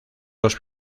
dos